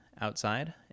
outside